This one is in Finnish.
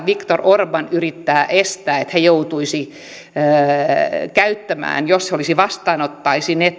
viktor orban yrittää estää sen että he joutuisivat käyttämään sen rahasumman että he vastaanottaisivat ne